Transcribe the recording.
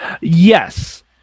Yes